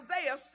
Isaiah